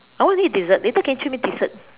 I want to eat dessert later can you treat me dessert